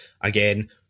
again